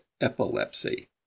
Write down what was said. epilepsy